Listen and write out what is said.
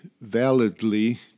validly